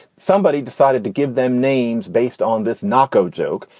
somebody decided to give them names based on this nocco joke.